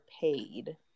paid